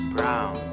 Brown